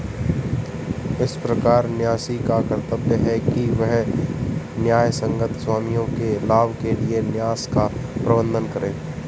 इस प्रकार न्यासी का कर्तव्य है कि वह न्यायसंगत स्वामियों के लाभ के लिए न्यास का प्रबंधन करे